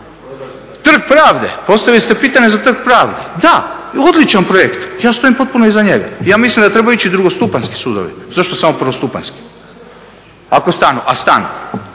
Trg pravde, postavili ste pitanje za Trg pravde, da odličan projekt, ja stojim potpuno iza njega, ja mislim da je trebao ići i drugostupanjski sudovi, zašto samo prvostupanjski ako stanu, a stanu.